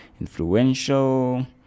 influential